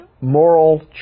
moral